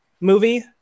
movie